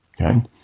Okay